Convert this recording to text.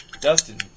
Dustin